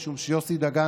משום שיוסי דגן,